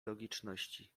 logiczności